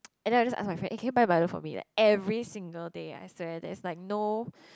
and then I will just ask my friend eh can you buy milo for me like every single day I swear there is like no